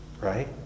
Right